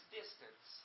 distance